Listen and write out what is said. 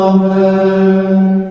Amen